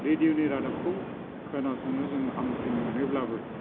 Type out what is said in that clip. रेदिय'नि रादाबखौ खोनासंनो जों हामसिन मोनोब्लाबो